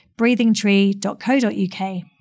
breathingtree.co.uk